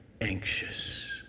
Anxious